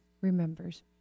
remembers